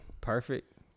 Perfect